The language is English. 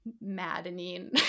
maddening